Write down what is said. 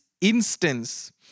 instance